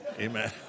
Amen